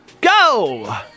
Go